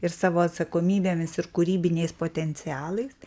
ir savo atsakomybėmis ir kūrybiniais potencialais